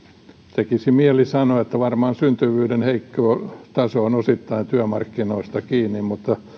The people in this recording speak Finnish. tekisi mieli sanoa että varmaan syntyvyyden heikko taso on osittain työmarkkinoista kiinni mutta